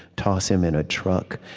toss him in a truck,